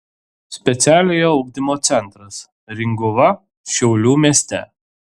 specialiojo ugdymo centras ringuva šiaulių mieste